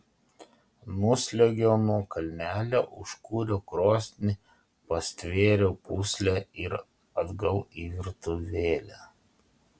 nusliuogiau nuo kalnelio užkūriau krosnį pastvėriau pūslę ir atgal į virtuvėlę